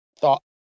thought